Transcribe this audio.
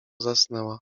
zasnęła